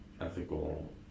ethical